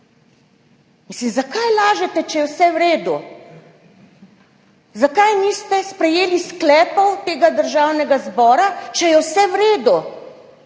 greznice. Zakaj lažete, če je vse v redu? Zakaj niste sprejeli sklepov Državnega zbora, če je vse v redu?